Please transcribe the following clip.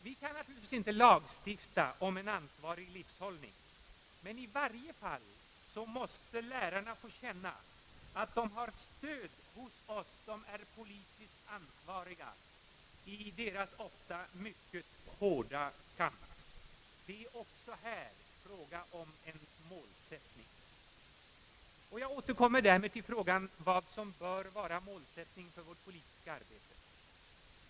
Vi kan naturligtvis inte lagstifta om en ansvarig livshållning, men i varje fall måste lärarna få känna att de har stöd hos oss som är politiskt ansvariga i deras ofta mycket hårda kamp. Det är också här en fråga om en målsättning. Jag återkommer därmed till frågan om vad som bör vara målsättningen för vårt politiska arbete.